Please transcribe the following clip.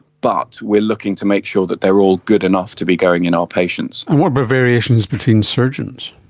but we are looking to make sure that they are all good enough to be going in our patients. and what about but variations between surgeons?